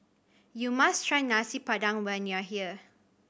you must try Nasi Padang when you are here